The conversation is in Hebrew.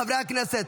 חברי הכנסת,